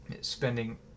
spending